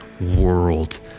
world